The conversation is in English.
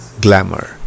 glamour